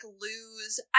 lose